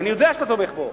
ואני יודע שאתה תומך בו.